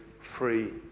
free